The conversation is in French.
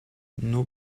nos